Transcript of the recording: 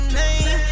name